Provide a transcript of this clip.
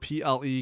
PLE